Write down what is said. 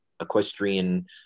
equestrian